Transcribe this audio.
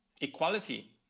equality